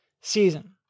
season